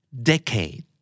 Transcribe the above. Decade